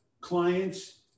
Clients